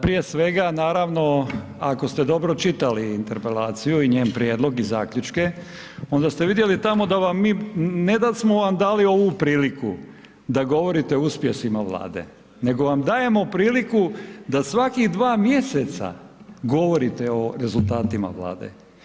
Prije svega naravno ako ste dobro čitali interpelaciju i njen prijedlog i zaključke, onda ste vidjeli tamo da vam mi, ne da smo vam dali ovu priliku da govorite o uspjesima Vlade, nego vam dajemo priliku da svakih 2 mj. govorite o rezultatima Vlade.